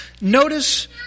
Notice